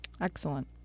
Excellent